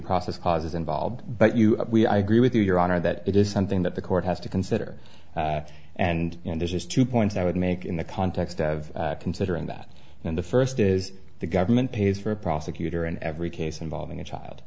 process clause is involved but you i agree with you your honor that it is something that the court has to consider and there's just two points i would make in the context of considering that in the first is the government pays for a prosecutor in every case involving a child